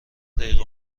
دقیقه